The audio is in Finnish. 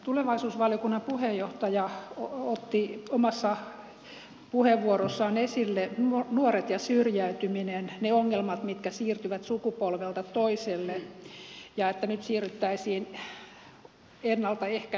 tulevaisuusvaliokunnan puheenjohtaja otti omassa puheenvuorossaan esille nuoret ja syrjäytymisen ne ongelmat mitkä siirtyvät sukupolvelta toiselle ja sen että nyt siirryttäisiin ennaltaehkäisyyn